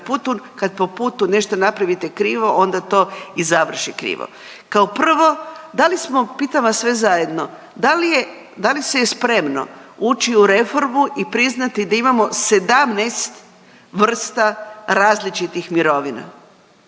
Kad po putu nešto napravite krivo, onda to i završi krivo. Kao prvo, da li smo, pitam vas sve zajedno, da li je, da li si je spremno ući u reformu i priznati da imamo 17 vrsta različitih mirovina.